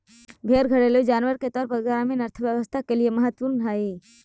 भेंड़ घरेलू जानवर के तौर पर ग्रामीण अर्थव्यवस्था के लिए महत्त्वपूर्ण हई